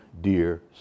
dear